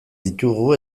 ditugu